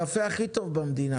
הקפה הכי טוב במדינה.